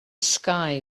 sky